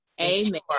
amen